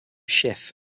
schiff